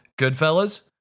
Goodfellas